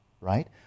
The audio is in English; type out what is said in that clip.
Right